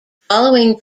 following